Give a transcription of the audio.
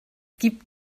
gibt